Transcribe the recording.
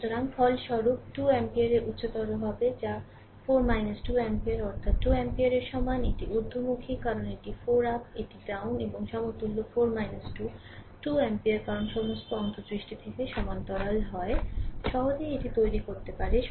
সুতরাং ফলস্বরূপ 2 অ্যাম্পিয়ার উচ্চতর হবে যা 4 2 অ্যাম্পিয়ার অর্থাৎ 2 আম্পিয়ারের সমান এটি ঊর্ধ্বমুখী কারণ এটি 4 আপ এটি ডাউন এবং সমতুল্য 4 2 2 অ্যাম্পিয়ার কারণ সমস্ত অন্তর্দৃষ্টি থেকে সমান্তরাল হয় সহজেই এটি তৈরি করতে পারে